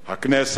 הכנסת,